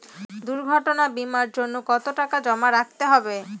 দুর্ঘটনা বিমার জন্য কত টাকা জমা করতে হবে?